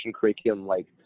curriculum-like